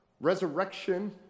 resurrection